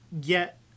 get